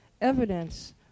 evidence